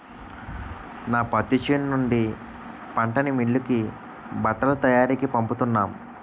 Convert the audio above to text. నా పత్తి చేను నుండి పంటని మిల్లుకి బట్టల తయారికీ పంపుతున్నాం